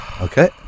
Okay